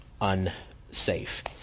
unsafe